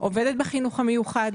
עובדת בחינוך המיוחד,